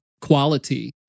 quality